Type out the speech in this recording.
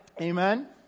Amen